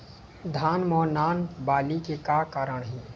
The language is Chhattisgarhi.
धान म नान बाली के का कारण हे?